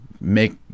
make